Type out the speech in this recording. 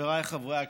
חבריי חברי הכנסת,